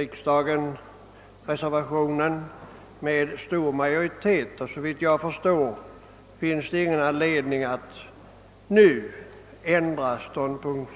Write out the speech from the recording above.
riksdagen reservationen med stor majoritet, och såvitt jag förstår finns det ingen anledning att nu ändra ståndpunkt.